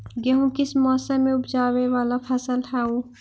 गेहूं किस मौसम में ऊपजावे वाला फसल हउ?